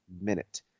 minute